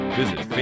visit